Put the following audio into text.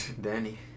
Danny